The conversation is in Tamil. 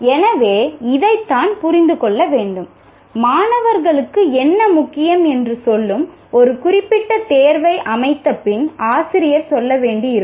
எனவே இதைத்தான் புரிந்து கொள்ள வேண்டும் மாணவர்களுக்கு என்ன முக்கியம் என்று சொல்லும் ஒரு குறிப்பிட்ட தேர்வை அமைத்தபின் ஆசிரியர் சொல்ல வேண்டியிருக்கும்